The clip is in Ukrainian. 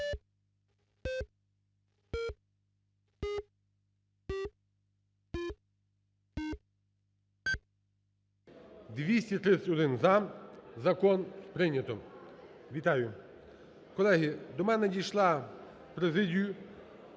Вітаю. Колеги, до мене надійшла в президію